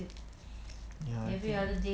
ya I think